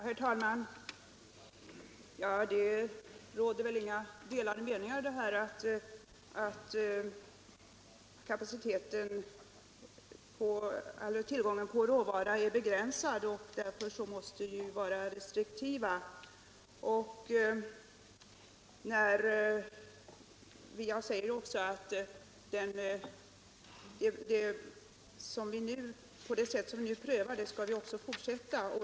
Herr talman! Det råder väl inga delade meningar om att tillgången på råvara är begränsad och att vi därför måste vara restriktiva. Den prövning som nu sker skall fortsätta.